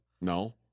No